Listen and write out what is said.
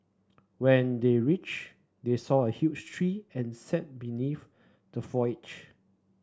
when they reached they saw a huge tree and sat beneath the foliage